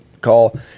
call